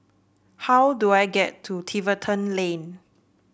how do I get to Tiverton Lane